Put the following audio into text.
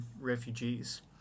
refugees